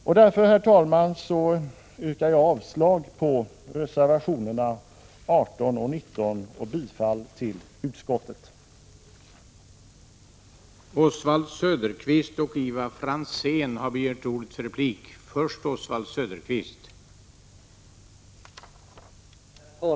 Med detta, herr talman, yrkar jag avslag på reservationerna 18 och 19 och bifall till utskottets hemställan.